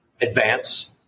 advance